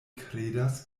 kredas